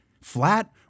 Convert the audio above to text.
flat